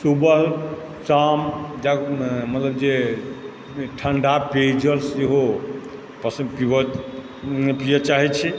सुबह शाम मतलब जे ठण्डा पेयजल सेहो पस पीबऽ पीयऽ चाहै छी